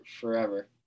forever